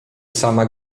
sama